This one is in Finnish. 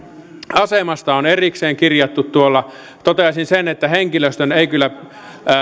asemasta on erikseen kirjattu tuolla toteaisin sen että henkilöstön ei kyllä